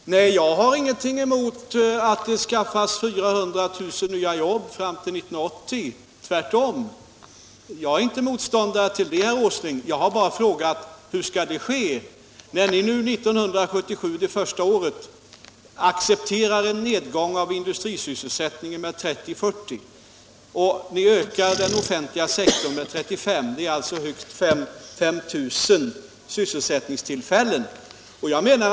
Herr talman! Nej, jag har ingenting emot att det skapas 400 000 nya jobb fram till 1980. Tvärtom — jag är inte motståndare till det, herr Åsling. Jag har bara frågat: Hur skall det ske, när vi nu 1977, det första året, accepterar en nedgång av industrisysselsättningen med 30 000 å 40 000 Allmänpolitisk debatt Allmänpolitisk debatt 140 arbetstillfällen? Samtidigt ökar den offentliga sektorn med 35 000. Nettot blir alltså högst 5 000 fler sysselsatta.